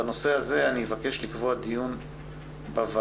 בנושא הזה אבקש לקבוע דיון בוועדה